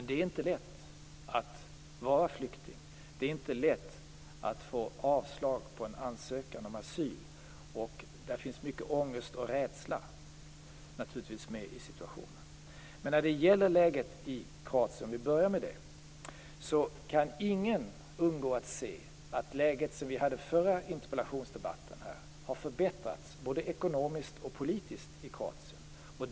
Det är inte lätt att vara flykting och få avslag på en ansökan om asyl, och i den situationen finns naturligtvis mycket ångest och rädsla. Men när det gäller Kroatien, för att börja med det, kan ingen undgå att se att det läge som rådde vid den förra interpellationsdebatten har förbättrats både ekonomiskt och politiskt där.